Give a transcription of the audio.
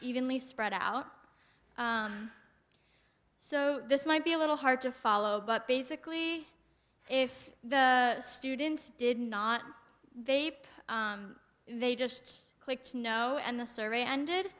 evenly spread out so this might be a little hard to follow but basically if the students did not they they just clicked you know and the survey ended